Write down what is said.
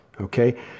okay